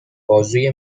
بازوی